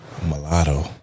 Mulatto